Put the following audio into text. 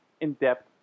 in-depth